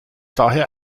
daher